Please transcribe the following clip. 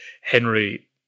Henry